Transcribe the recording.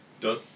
Done